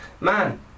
man